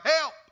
help